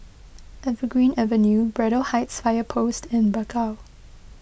Evergreen Avenue Braddell Heights Fire Post and Bakau